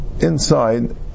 inside